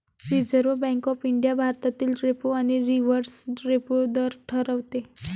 reserve bank of India भारतातील repo आणि reverse repo दर ठरवते